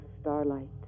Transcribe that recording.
starlight